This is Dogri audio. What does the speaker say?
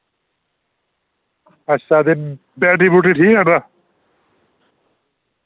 अच्छा ते बैटरी बुटरी ठीक ऐ उ'दा